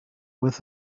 with